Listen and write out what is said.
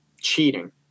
Cheating